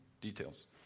details